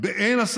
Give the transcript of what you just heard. את יעל,